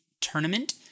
tournament